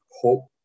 hope